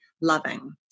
loving